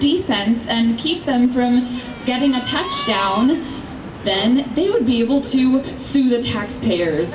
defense and keep them from getting a touchdown then they would be able to see the tax papers